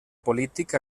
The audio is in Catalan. polític